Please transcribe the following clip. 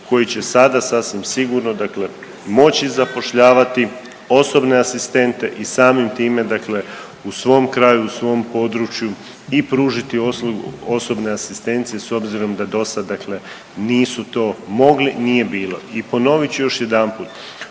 koji će sada, sasvim sigurno dakle moći zapošljavati osobne asistente i samim time, dakle u svom kraju, u svom području i pružiti uslugu osobne asistencije s obzirom da dosad dakle, nisu to mogli, nije bilo. I ponovit ću još jedanput,